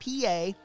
pa